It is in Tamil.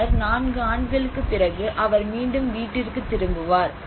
பின்னர் 4 ஆண்டுகளுக்குப் பிறகு அவர் மீண்டும் வீட்டிற்குத் திரும்புவார்